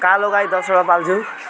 कालो गाई दसवटा पाल्छु